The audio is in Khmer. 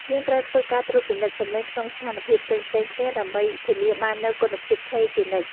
យើងត្រូវធ្វើការត្រួតពិនិត្យសំឡេងក្នុងស្ថានភាពផ្សេងៗគ្នាដើម្បីធានាបាននូវគុណភាពថេរជានិច្ច។